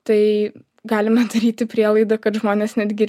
tai galime daryti prielaidą kad žmonės netgi